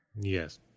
Yes